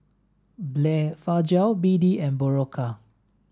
Blephagel B D and Berocca